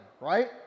right